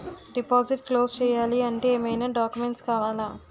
Deposit close చేయాలి అంటే ఏమైనా డాక్యుమెంట్స్ కావాలా?